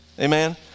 Amen